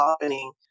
happening